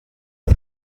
iyi